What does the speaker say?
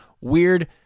weird